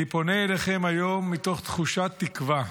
אני פונה אליכם היום מתוך תחושת תקווה.